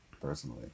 personally